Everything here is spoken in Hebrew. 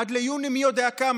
עד ליוני מי יודע כמה,